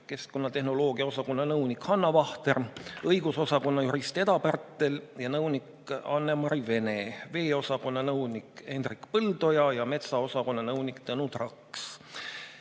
keskkonnatehnoloogia osakonna nõunik Hanna Vahter, õigusosakonna jurist Eda Pärtel ja nõunik Annemari Vene, veeosakonna nõunik Hendrik Põldoja ja metsaosakonna nõunik Tõnu Traks.